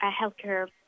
healthcare